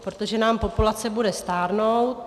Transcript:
Protože nám populace bude stárnout.